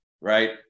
right